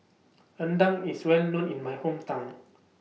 Rendang IS Well known in My Hometown